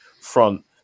front